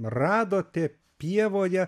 radote pievoje